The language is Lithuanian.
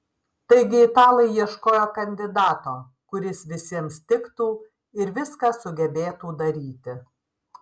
taigi italai ieškojo kandidato kuris visiems tiktų ir viską sugebėtų daryti